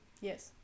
Yes